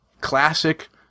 classic